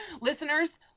Listeners